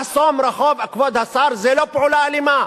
לחסום רחוב, כבוד השר, זו לא פעולה אלימה.